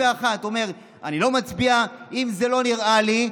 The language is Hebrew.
ויאמר: אני לא מצביע אם זה לא נראה לי,